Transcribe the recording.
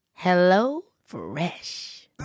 HelloFresh